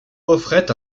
offrait